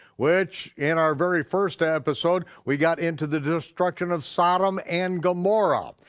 which, in our very first episode we got into the destruction of sodom and gomorrah.